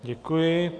Děkuji.